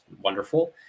wonderful